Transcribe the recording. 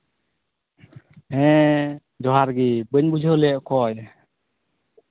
ᱦᱮᱸ ᱡᱚᱦᱟᱨᱜᱮ ᱵᱟᱹᱧ ᱵᱩᱡᱷᱟᱹᱣ ᱞᱮᱫᱟ ᱚᱠᱚᱭ